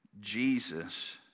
Jesus